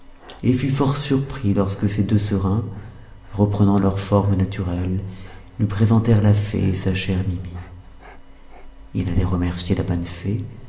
et fut fort surpris lorsque ces deux serins reprenant leurs formes naturelles lui présentèrent la fée et sa chère biby il allait remercier la bonne fée